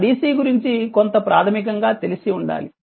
ఆ DC గురించి కొంత ప్రాథమికంగా తెలిసి ఉండాలి